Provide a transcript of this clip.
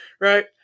right